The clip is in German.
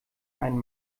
ein